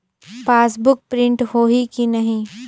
Passbook print होही कि नहीं?